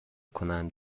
کنند